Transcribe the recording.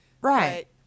Right